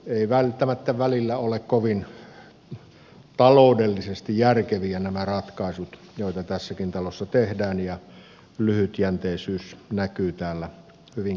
eivät välttämättä välillä ole kovin taloudellisesti järkeviä nämä ratkaisut joita tässäkin talossa tehdään ja lyhytjänteisyys näkyy täällä hyvinkin voimakkaasti